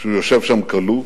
שהוא יושב שם כלוא,